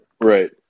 right